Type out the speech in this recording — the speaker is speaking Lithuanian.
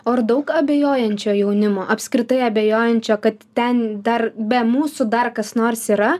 o ar daug abejojančio jaunimo apskritai abejojančio kad ten dar be mūsų dar kas nors yra